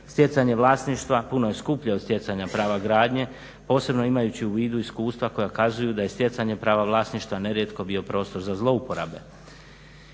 Stjecanje vlasništva puno je skuplje od stjecanja prava gradnje, posebno imajući u vidu iskustva koja kazuju da je stjecanje prava vlasništva nerijetko bio prostor za zlouporabe.